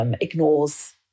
ignores